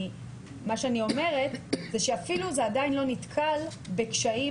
מה שאני אומרת זה שאפילו זה עדיין לא נתקל בקשיים